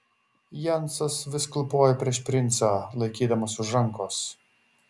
jensas vis klūpojo prieš princą laikydamas už rankos